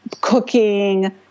cooking